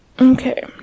Okay